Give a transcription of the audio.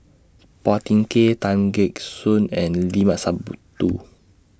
Phua Thin Kiay Tan Gek Suan and Limat Sabtu